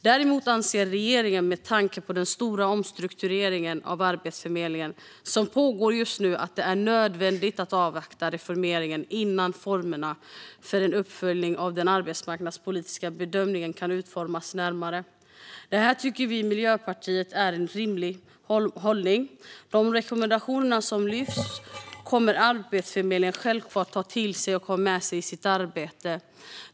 Däremot anser regeringen, med tanke på den stora omstrukturering av Arbetsförmedlingen som just nu pågår, att det är nödvändigt att avvakta reformeringen innan formerna för en uppföljning av den arbetsmarknadspolitiska bedömningen kan utformas närmare. Detta tycker vi i Miljöpartiet är en rimlig hållning. De rekommendationer som lyfts kommer Arbetsförmedlingen självklart att ta till sig och ha med sig i sitt arbete.